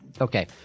Okay